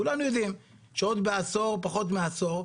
כולנו יודעים שעוד פחות מעשור,